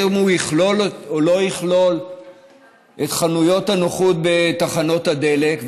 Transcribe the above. אם הוא יכלול או לא יכלול את חנויות הנוחות בתחנות הדלק,